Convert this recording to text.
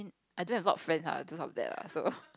I don't have a lot friends ah I don't have that lah so